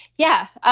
yeah.